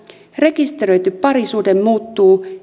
rekisteröity parisuhde muuttuu